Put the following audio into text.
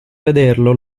vederlo